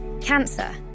Cancer